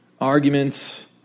arguments